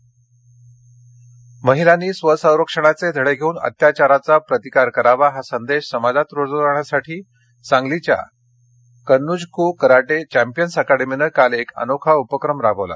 विश्वविक्रम सांगली महिलांनी स्वसंरक्षणाचे धडे घेऊन अत्याचाराचा प्रतिकार करावा हा संदेश समाजात रुजवण्यासाठी सांगलीच्या कन्नूजक् कराटे चश्वियन्स अक्रमीनं काल एक अनोखा उपक्रम राबवला